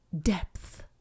depth